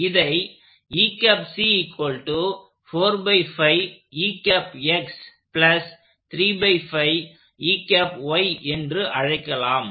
இதை என்று அழைக்கலாம்